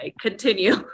Continue